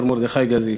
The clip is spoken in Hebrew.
מר מרדכי גזית.